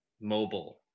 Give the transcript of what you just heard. mobile